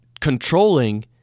controlling